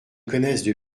connaissent